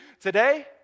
today